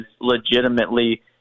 legitimately